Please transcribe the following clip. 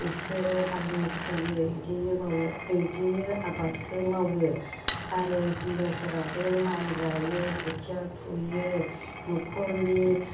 बिसोरो आलि खोयो इदिनो मावो इदिनो आबादखौ मावो आरो हिनजावफोराबो माइ गायो खोथिया फुयो न'खरनि